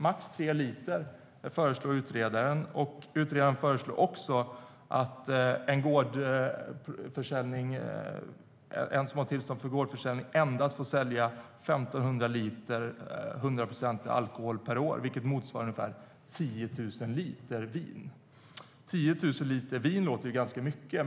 Max tre liter föreslår utredaren. Utredaren föreslår också att den som har tillstånd för gårdsförsäljning endast får sälja 1 500 liter 100-procentig alkohol per år, vilket motsvarar ungefär 10 000 liter vin. 10 000 vin låter ganska mycket.